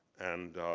and